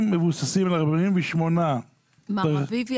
מר רביבי,